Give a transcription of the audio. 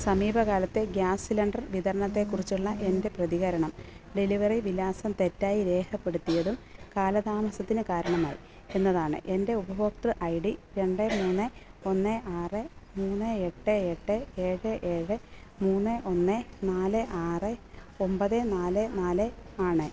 സമീപകാലത്തെ gas cylinder വിതരണത്തെക്കുറിച്ചുള്ള എൻ്റെ പ്രതികരണം ഡെലിവറി വിലാസം തെറ്റായി രേഖപ്പെടുത്തിയതും കാലതാമസത്തിന് കാരണമായി എന്നതാണ് എൻ്റെ ഉപഭോക്തൃ ഐ ഡി രണ്ട് മൂന്ന് ഒന്ന് ആറ് മൂന്ന് എട്ട് എട്ട് ഏഴ് ഏഴ് മൂന്ന് ഒന്ന് നാല് ആറ് ഒമ്പത് നാല് നാല് ആണ്